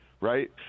right